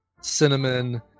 cinnamon